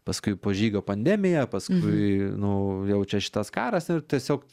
paskui po žygio pandemija paskui nu jau čia šitas karas ir tiesiog